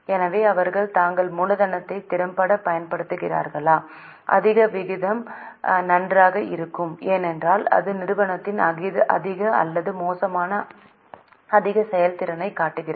எனவே அவர்கள் தங்கள் மூலதனத்தை திறம்பட பயன்படுத்துகிறார்களா அதிக விகிதம் நன்றாக இருக்கும் ஏனெனில் இது நிறுவனத்தின் அதிக அல்லது மோசமான அதிக செயல்திறனைக் காட்டுகிறது